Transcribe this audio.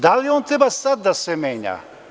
Da li on treba sada da se menja?